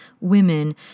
women